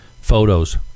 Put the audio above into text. photos